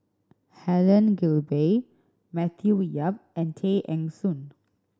Helen Gilbey Matthew Yap and Tay Eng Soon